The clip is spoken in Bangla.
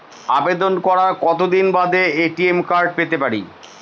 আবেদন করার কতদিন বাদে এ.টি.এম কার্ড পেতে পারি?